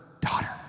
daughter